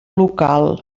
local